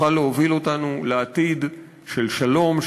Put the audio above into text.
שתוכל להוביל אותנו לעתיד של שלום,